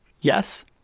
Yes